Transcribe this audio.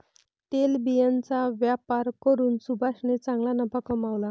तेलबियांचा व्यापार करून सुभाषने चांगला नफा कमावला